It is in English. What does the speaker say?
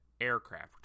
aircraft